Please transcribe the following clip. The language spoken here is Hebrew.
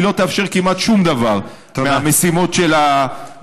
היא לא תאפשר כמעט שום דבר מהמשימות של המשטרה,